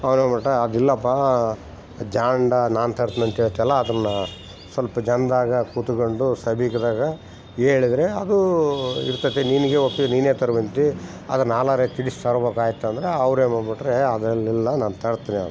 ಅವನು ಮಟ ಅದಿಲ್ಲಪಾ ಜಾಂಡ ನಾನು ತರ್ತ್ನೆನಂತ ಹೇಳ್ತಿಯಲಾ ಅದನ್ನು ಸ್ವಲ್ಪ ಜನದಾಗ ಕೂತುಕಂಡು ಸಭಿಕ್ರಾಗ ಹೇಳಿದ್ರೆ ಅದು ಇರ್ತತಿ ನಿನಗೆ ಒಪ್ಪಿದ ನಿನೇ ತರುವಂತೆ ಆದರೆ ನಾಲ್ವರಿಗ್ ತಿಳಿಸಿ ತರ್ಬೇಕ್ ಆಯಿತಂದರೆ ಅವ್ರು ಏನು ಮಾಡಿಬಿಟ್ರೆ ಏ ಅದೇಲ್ಲಿಲ್ಲ ನಾನು ತರ್ತೀನಿ ಅಂತ